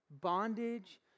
bondage